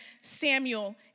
Samuel